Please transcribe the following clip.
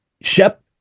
Shep